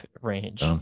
range